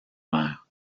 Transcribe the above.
mer